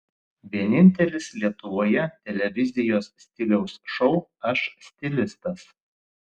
vienintelis lietuvoje televizijos stiliaus šou aš stilistas